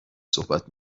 صحبت